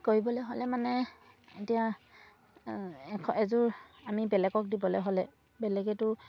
কৰিবলৈ হ'লে মানে এতিয়া এযোৰ আমি বেলেগক দিবলৈ হ'লে বেলেগেতো